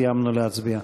סיימנו להצביע.